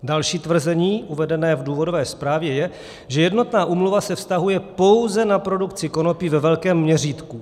Další tvrzení uvedené v důvodové zprávě je, že jednotná úmluva se vztahuje pouze na produkci konopí ve velkém měřítku.